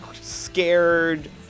scared